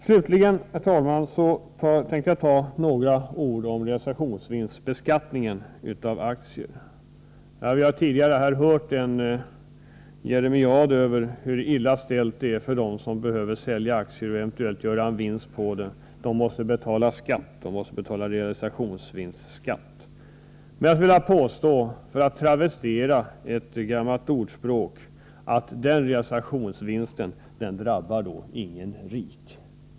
Slutligen, herr talman, tänkte jag säga några ord om realisationsvinstbeskattningen av aktier. Vi har tidigare här hört en jeremiad över hur illa ställt det är för dem som behöver sälja aktier och eventuellt göra en vinst på dem — de måste betala realisationsvinstskatt. För att travestera ett gammalt ordspråk skulle jag vilja påstå att den realisationsvinsten inte drabbar någon rik.